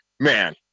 Man